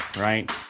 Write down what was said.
right